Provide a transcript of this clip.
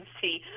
see